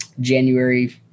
january